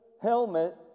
helmet